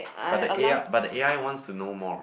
but the A_I but the A_I wants to know more